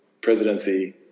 presidency